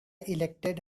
elected